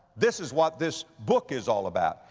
this is what this book is all about.